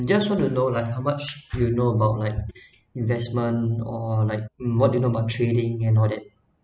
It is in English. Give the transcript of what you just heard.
just want to know like how much you know about like investment or like what do you know about trading and all that